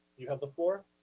you have the floor.